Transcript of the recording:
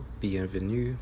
bienvenue